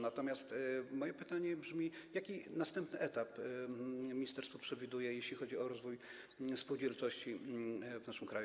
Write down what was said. Natomiast moje pytanie brzmi: Jaki następny etap ministerstwo przewiduje, jeśli chodzi o rozwój spółdzielczości w naszym kraju?